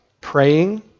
Praying